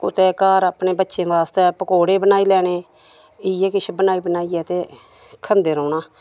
कुतै घर अपने बच्चें बास्तै पकौडे़ बनाई लैने इ'यै किश बनाई बनाइयै ते खंदे रौह्ना